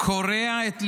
קורע את ליבי.